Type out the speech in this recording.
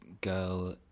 girl